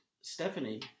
Stephanie